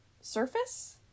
surface